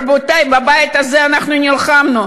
רבותי, בבית הזה אנחנו נלחמנו.